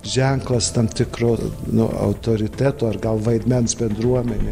ženklas tam tikro nu autoriteto ar gal vaidmens bendruomenė